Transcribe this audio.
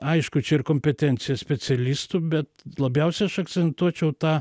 aišku čia ir kompetencija specialistų bet labiausiai aš akcentuočiau tą